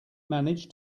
manage